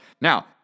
Now